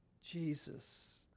Jesus